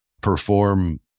perform